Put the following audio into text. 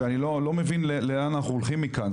ואני לא מבין לאן אנחנו הולכים מכאן.